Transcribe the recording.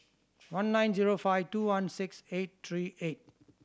one nine zero five two one six eight three eight